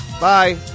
bye